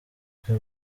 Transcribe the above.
bukwe